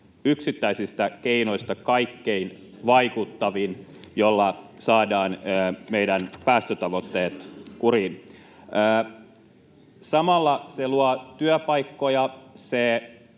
yksittäisistä keinoista kaikkein vaikuttavin, jolla saadaan meidän päästötavoitteet kuriin. Samalla se luo työpaikkoja,